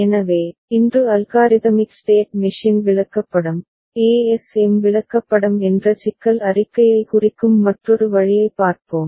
எனவே இன்று algorithmic state machine விளக்கப்படம் ஏஎஸ்எம் விளக்கப்படம் என்ற சிக்கல் அறிக்கையை குறிக்கும் மற்றொரு வழியைப் பார்ப்போம்